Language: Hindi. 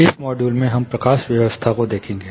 इस मॉड्यूल में हम प्रकाश व्यवस्था को देखेंगे